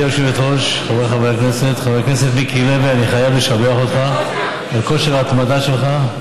אני חייב לשבח אותך על כושר ההתמדה שלך.